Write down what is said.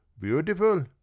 beautiful